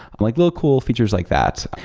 um like little cool features like that.